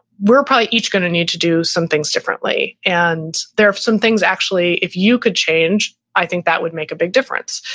we're probably each going to need to do some things differently. and there are some things actually, if you could change, i think that would make a big difference.